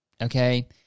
okay